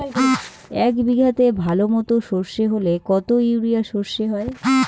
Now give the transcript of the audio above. এক বিঘাতে ভালো মতো সর্ষে হলে কত ইউরিয়া সর্ষে হয়?